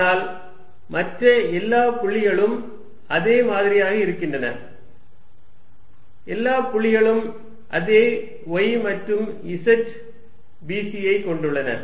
ஆனால் மற்ற எல்லா புள்ளிகளும் அதே மாதிரியாக இருக்கின்றன எல்லா புள்ளிகளும் அதே y மற்றும் z b c ஐக் கொண்டுள்ளன